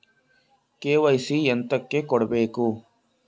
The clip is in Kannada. ಕೆ.ವೈ.ಸಿ ಎಂತಕೆ ಕೊಡ್ಬೇಕು?